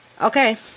Okay